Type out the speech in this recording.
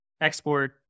export